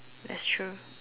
that's true